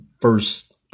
first